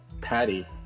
Patty